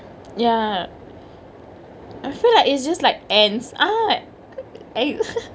ya I feel like it's just like ants ah I